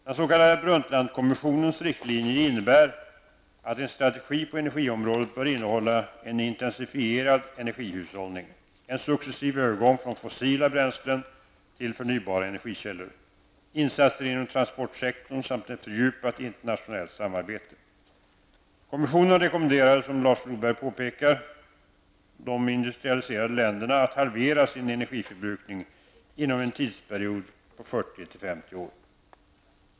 Den s.k. Brundtlandkommissionens riktlinjer innebär att en strategi på energiområdet bör innehålla en intensifierad energihushållning, en successiv övergång från fossila bränslen till förnybara energikällor, insatser inom transportsektorn samt ett fördjupat internationellt samarbete. Norberg påpekar, de industrialiserade länderna att halvera sin energiförbrukning inom en tidsperiod på 40--50 år.